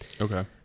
Okay